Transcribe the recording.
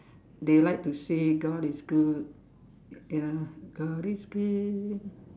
they like to say God is good ya God is good